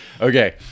okay